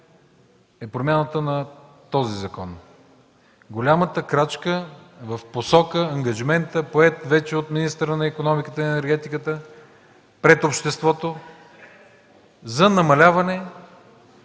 е промяната на този закон, голямата крачка в посока на ангажимента, приет вече от министъра на икономиката и енергетиката пред обществото за намаляване